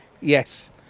yes